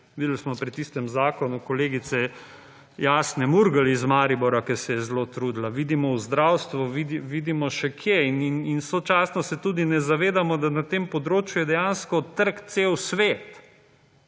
Videli smo pri tistem zakonu kolegice Jasne Murgel iz Maribora, ki se je zelo trudila. Vidimo v zdravstvu. Vidimo še kje. In sočasno se tudi ne zavedamo, da na tem področju je dejansko trg cel svet.